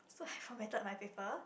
so I formatted my paper